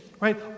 right